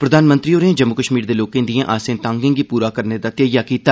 प्रधानमंत्री होरें जम्मू कश्मीर दे लोकें दिए आसें तांगें गी पूरा करने दा ध्येइया कीता